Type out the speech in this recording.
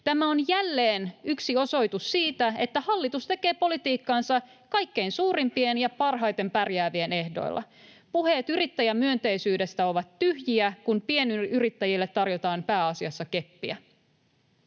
Tämä on jälleen yksi osoitus siitä, että hallitus tekee politiikkaansa kaikkein suurimpien ja parhaiten pärjäävien ehdoilla. Puheet yrittäjämyönteisyydestä ovat tyhjiä, kun pienyrittäjille tarjotaan pääasiassa keppiä.